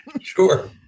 Sure